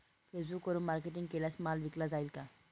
फेसबुकवरुन मार्केटिंग केल्यास माल विकला जाईल का?